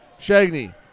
Shagney